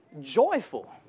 joyful